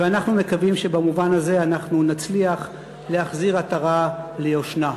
ואנחנו מקווים שבמובן הזה אנחנו נצליח להחזיר עטרה ליושנה.